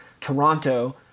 Toronto